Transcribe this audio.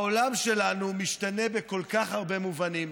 העולם שלנו משתנה בכל כך הרבה מובנים,